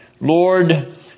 Lord